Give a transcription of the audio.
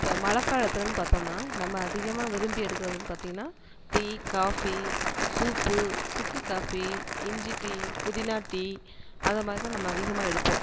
இப்போ மழை காலத்துலன்னு பார்த்தோம்னா நம்ம அதிகமாக விரும்பி எடுக்கறதுன்னு பார்த்தீங்கன்னா டீ காஃபி சூப்பு சுக்கு காஃபி இஞ்சி டீ புதினா டீ அதை மாதிரி தான் நம்ம அதிகமாக எடுப்போம்